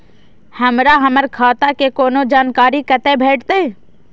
हमरा हमर खाता के कोनो जानकारी कतै भेटतै?